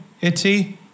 Itty